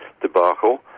debacle